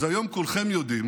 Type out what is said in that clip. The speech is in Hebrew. אז היום כולכם יודעים